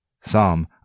Psalm